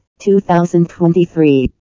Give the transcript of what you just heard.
2023